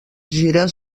gires